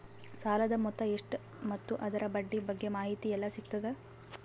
ಸಾಲದ ಮೊತ್ತ ಎಷ್ಟ ಮತ್ತು ಅದರ ಬಡ್ಡಿ ಬಗ್ಗೆ ಮಾಹಿತಿ ಎಲ್ಲ ಸಿಗತದ?